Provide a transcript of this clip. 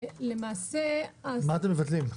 את מה אתם מבטלים?